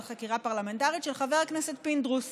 חקירה פרלמנטרית של חבר הכנסת פינדרוס